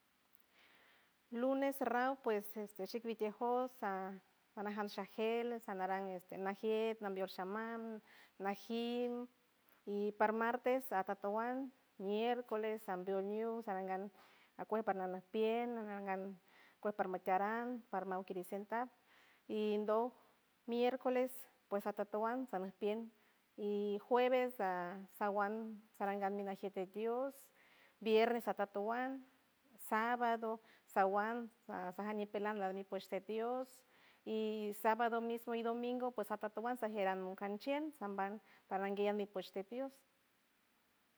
Lunes raw pues este shik mitiej jos sa- sana gel sanarang najiet nambion sha mam najiñ y par martes apatuan miércoles sambiuw ñiuj sarangan akuej parma mapien anarangan kuej parmataran parmaw kiriw sentar indoj miércoles pues atatuan sanaj pien y jueves ha sawan sarangan mi najiet tiet dios viernes atatuan sábado sawan sasajan ñipelan lami pues ti dios y sábado mismo y domingo pues atatuan sajieran moncanchuen samban parnangue ajguey pues de dios.